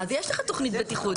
אז יש לך תוכנית בטיחות.